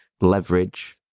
leverage